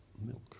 Milk